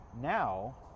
now